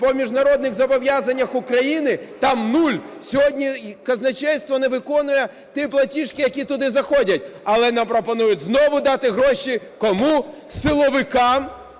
по міжнародних зобов'язаннях України – там нуль. Сьогодні казначейство не виконує ті платіжки, які туди заходять, але нам пропонують знову дати гроші. Кому? Силовикам,